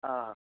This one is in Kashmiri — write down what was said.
آ